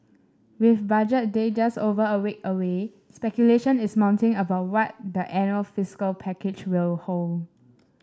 with Budget Day just over a week away speculation is mounting about what the annual fiscal package will hold